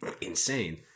insane